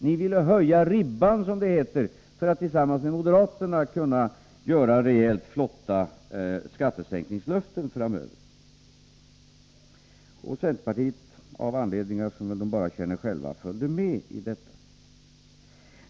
Ni ville höja ribban, som det heter, för att tillsammans med moderaterna kunna ge rejält flotta skattesänkningslöften framöver. Och centerpartiets företrädare, av anledningar som de väl bara känner själva, följde med i det förfarandet.